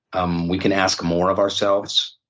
um we can ask more of ourselves.